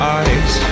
eyes